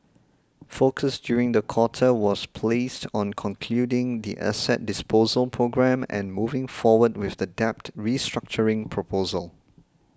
focus during the quarter was placed on concluding the asset disposal programme and moving forward with the debt restructuring proposal